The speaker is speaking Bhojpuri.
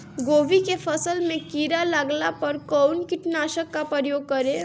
गोभी के फसल मे किड़ा लागला पर कउन कीटनाशक का प्रयोग करे?